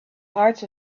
hearts